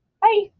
Bye